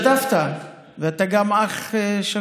השתתפת, ואתה גם אח שכול,